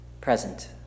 present